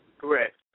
Correct